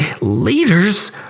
Leaders